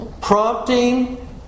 prompting